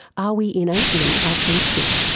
are we innately altruistic?